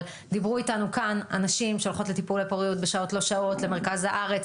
דיברו איתנו כאן נשים שהולכות לטיפולי פוריות בשעות לא שעות למרכז הארץ,